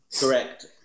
Correct